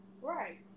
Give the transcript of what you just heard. Right